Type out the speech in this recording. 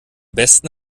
besten